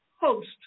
host